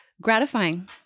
gratifying